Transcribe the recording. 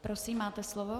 Prosím, máte slovo.